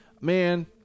Man